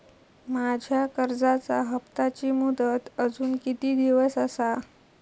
माझ्या कर्जाचा हप्ताची मुदत अजून किती दिवस असा?